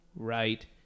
Right